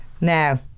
Now